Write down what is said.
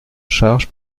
charge